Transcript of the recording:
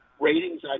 ratings